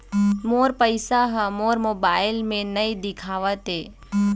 मोर पैसा ह मोर मोबाइल में नाई दिखावथे